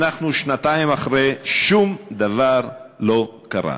אנחנו שנתיים אחרי, שום דבר לא קרה.